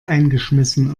eingeschmissen